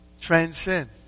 Transcend